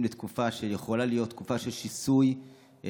לתקופה שיכולה להיות תקופה של שיסוי ופלגנות,